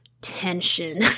tension